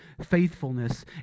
faithfulness